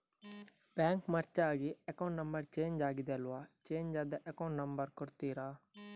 Bank merge ಆಗಿ account number change ಆಗಿದೆ ಅಲ್ವಾ, ಚೇಂಜ್ ಆದ ಅಕೌಂಟ್ ನಂಬರ್ ಕೊಡ್ತೀರಾ?